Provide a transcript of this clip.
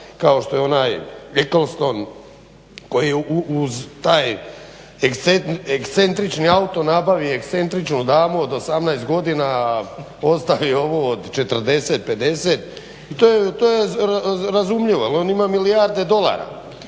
kao što je onaj Eclestone koji je uz taj ekscentrični auto nabavi i ekscentričnu damu od 18 godina, a ostavi ovu od 40, 50 i to je razumljivo jer on ima milijarde dolara.